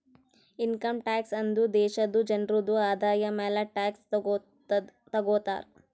income tax ಅಂದುರ್ ದೇಶಾದು ಜನ್ರುದು ಆದಾಯ ಮ್ಯಾಲ ಟ್ಯಾಕ್ಸ್ ತಗೊತಾರ್